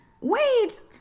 Wait